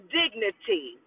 dignity